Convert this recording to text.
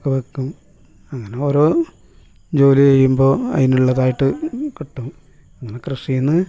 ഒക്കെ വെക്കും അങ്ങനോരോ ജോലി ചെയ്യുമ്പോൾ അതിന് ഉള്ളതായിട്ട് കിട്ടും അങ്ങനെ കൃഷി എന്ന്